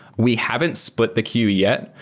we haven't split the queue yet.